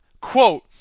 Quote